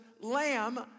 lamb